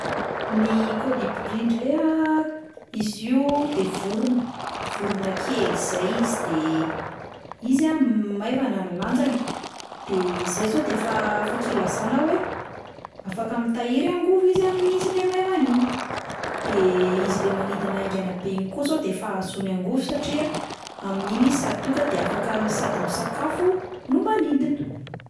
Ny kôlibria indray a, izy io de vorona, vorona kely izay izy de izy a m- maivana ny lanjany, de zay izao de efa afaka ilazana hoe afaka mitahiry angovo izy amin'izy 'lay maivana, de izy le manidina haingana be iny koa zao de efa ahazoany angovo satria amin'iny izy sady tonga de afaka sady misakafo no manidina.